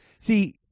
See